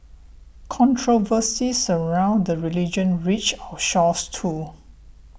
controversies around the religion reached our shores too